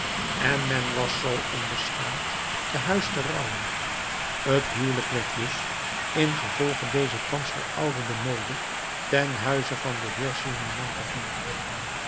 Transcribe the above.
en men was zoo onbeschaamd te huis te trouwen het huwelijk werd dus ingevolge deze thans verouderde mode ten huize van den heer gillenormand gevierd